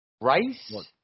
rice